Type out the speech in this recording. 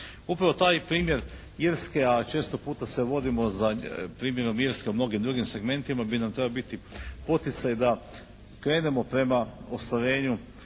Upravo taj primjer Irske, a često puta se vodimo za primjerom Irske u mnogim drugim segmentima bi nam trebao biti poticaj da krenemo prema ostvarenju